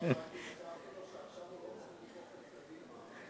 רק הזכרתי לו שעכשיו הוא לא צריך לתקוף את קדימה.